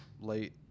late